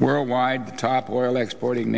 worldwide top oil exporting